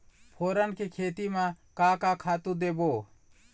फोरन के खेती म का का खातू देबो?